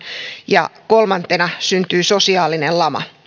ja kolmantena syntyy sosiaalinen lama